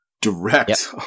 direct